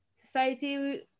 society